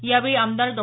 यावेळी आमदार डॉ